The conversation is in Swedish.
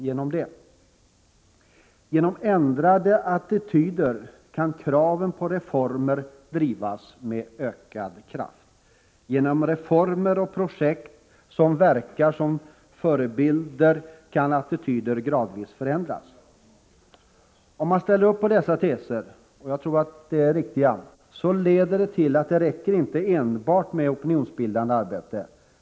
Genom ändrade attityder kan kraven på reformer drivas med ökad kraft. Genom reformer och projekt som verkar som förebilder kan attityder gradvis förändras. Om man ställer sig bakom dessa teser — jag tror att de är riktiga — leder det till att det inte räcker med enbart opinionsbildande arbete.